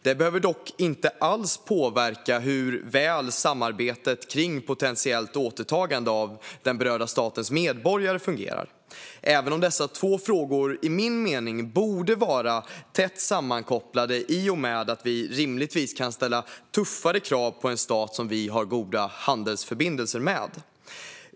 Det behöver dock inte alls påverka hur väl samarbetet kring potentiellt återtagande av den berörda statens medborgare fungerar. Dessa två frågor borde enligt min mening vara tätt sammankopplade i och med att vi rimligtvis kan ställa tuffare krav på en stat som vi har goda handelsförbindelser med.